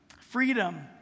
Freedom